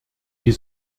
die